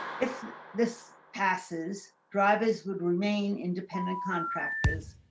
if this passes drivers would remain independent contractors,